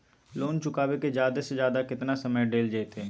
Loan चुकाबे के जादे से जादे केतना समय डेल जयते?